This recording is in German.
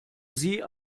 sie